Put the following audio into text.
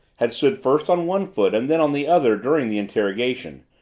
had stood first on one foot and then on the other during the interrogation,